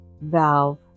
valve